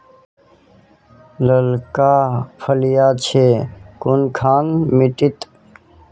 लालका फलिया छै कुनखान मिट्टी त?